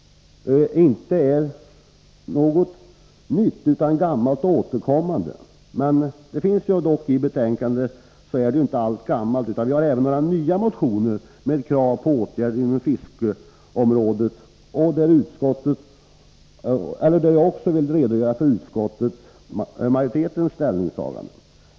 Men allt i betänkandet är inte sådant som är gammalt och återkommande, utan utskottet har behandlat även en rad nya motioner med krav på åtgärder inom fiskets område. Jag vill redogöra för utskottsmajoritetens ställningstagande.